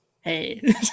Hey